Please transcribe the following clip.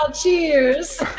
cheers